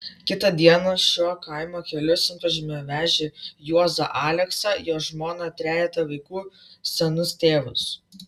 kitą dieną šiuo kaimo keliu sunkvežimyje vežė juozą aleksą jo žmoną trejetą vaikų senus tėvus